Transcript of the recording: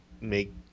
make